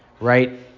right